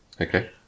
Okay